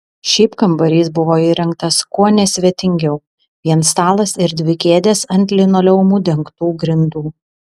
šiaip kambarys buvo įrengtas kuo nesvetingiau vien stalas ir dvi kėdės ant linoleumu dengtų grindų